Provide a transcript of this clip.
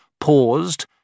paused